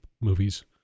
movies